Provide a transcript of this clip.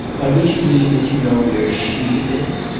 by which you mean that you know where she is?